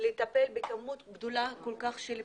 לטפל בכמות גדולה כל כך של פסולת.